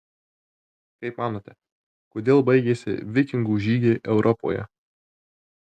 kaip manote kodėl baigėsi vikingų žygiai europoje